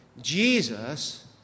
Jesus